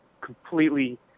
completely